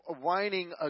whining